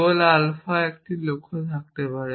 গোল alpha একটি লক্ষ্য হতে পারে